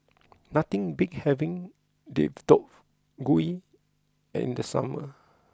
nothing beats having Deodeok Gui in the summer